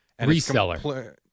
Reseller